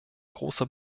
großer